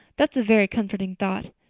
that's a very comforting thought.